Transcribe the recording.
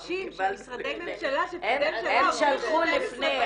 הם שלחו לפני.